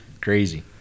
Crazy